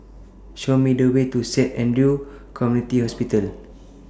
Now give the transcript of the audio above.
Show Me The Way to Saint Andrew's Community Hospital